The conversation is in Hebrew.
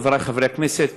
חברי חברי הכנסת,